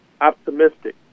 optimistic